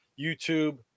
YouTube